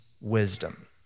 wisdom